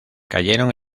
cayeron